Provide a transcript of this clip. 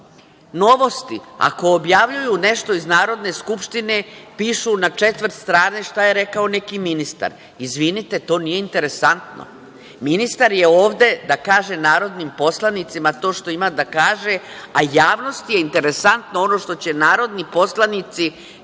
loše.„Novosti“, ako objavljuju nešto iz Narodne skupštine, pišu na četvrt strane šta je rekao neki ministar. Izvinite, to nije interesantno. Ministar je ovde da kaže narodnim poslanicima to što ima da kaže, a javnosti je interesantno ono što će narodni poslanici